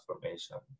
transformation